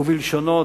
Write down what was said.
ובלשונו: